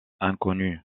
inconnus